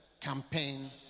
campaign